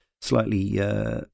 slightly